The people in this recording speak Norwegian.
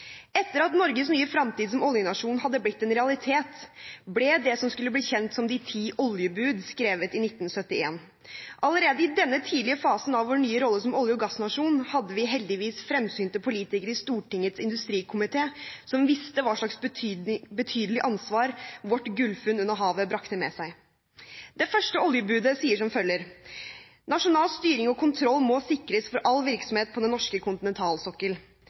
Etter at Norges nye fremtid som oljenasjon hadde blitt en realitet, ble det som skulle bli kjent som de ti oljebud skrevet i 1971. Allerede i denne tidlige fasen av vår nye rolle som olje- og gassnasjon hadde vi heldigvis fremsynte politikere i Stortingets industrikomité som visste hva slags betydelig ansvar vårt gullfunn under havet brakte med seg. Det første oljebudet sier som følger: «At nasjonal styring og kontroll må sikres for all virksomhet på den norske